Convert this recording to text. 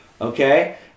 okay